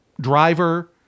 Driver